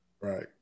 Right